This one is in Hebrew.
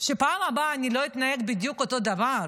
שבפעם הבאה אני לא אתנהג בדיוק אותו דבר,